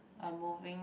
I moving